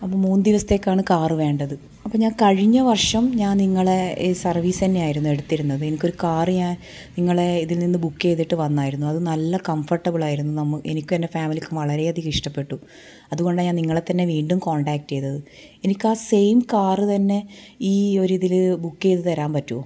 അപ്പോൾ മൂന്ന് ദിവസത്തേക്കാണ് കാർ വേണ്ടത് അപ്പോൾ ഞാൻ കഴിഞ്ഞ വർഷം ഞാൻ നിങ്ങളെ സർവീസ് തന്നെ ആയിരുന്നു എടുത്തിരുന്നത് എനിക്കൊരു കാർ ഞാൻ നിങ്ങളെ ഇതിൽ നിന്ന് ബുക്ക് ചെയ്തിട്ട് വന്നായിരുന്നു അത് നല്ല കംഫർട്ടബിളായിരുന്നു നമു എനിക്കും എൻ്റെ ഫാമിലിക്കും വളരെ അധികം ഇഷ്ടപ്പെട്ടു അതുകൊണ്ടാണ് ഞാൻ നിങ്ങളെത്തന്നെ വീണ്ടും കോൺടാക്റ്റ് ചെയ്തത് എനിക്ക് ആ സെയിം കാർ തന്നെ ഈ ഒരു ഇതിൽ ബുക്ക് ചെയ്ത് തരാൻ പറ്റുവോ